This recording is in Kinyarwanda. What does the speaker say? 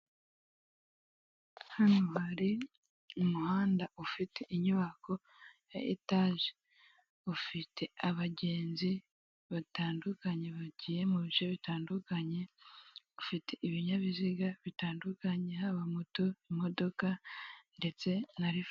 Hano hari umuhanda ufite inyubako ya etaje ufite abagenzi batandukanye bagiye mu bice bitandukanye ufite ibinyabiziga bitandukanye haba moto, imodoka ndetse na rifani.